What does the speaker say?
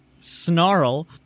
Snarl